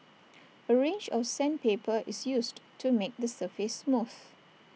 A range of sandpaper is used to make the surface smooth